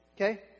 Okay